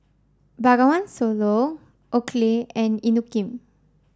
Bengawan Solo Oakley and Inokim